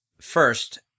first